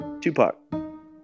Tupac